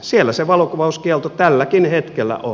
siellä se valokuvauskielto tälläkin hetkellä on